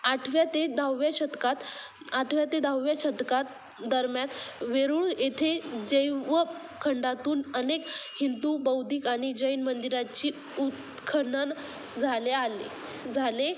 आठव्या ते दहाव्या शतकात आठव्या ते दहाव्या शतकात दरम्यात वेरूळ येथे जैव खंडातून अनेक हिंदू बौद्धिक आणि जैन मंदिराची उत्खनन झाले आले झाले